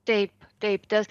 taip taip tas